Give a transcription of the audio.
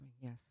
Yes